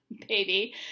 baby